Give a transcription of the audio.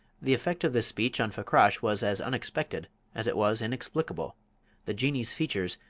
the effect of this speech on fakrash was as unexpected as it was inexplicable the jinnee's features,